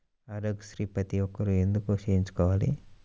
ఆరోగ్యశ్రీ ప్రతి ఒక్కరూ ఎందుకు చేయించుకోవాలి?